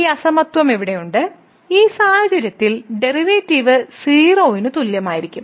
ഈ അസമത്വം ഇവിടെയുണ്ട് ഈ സാഹചര്യത്തിൽ ഡെറിവേറ്റീവ് 0 ന് തുല്യമായിരിക്കും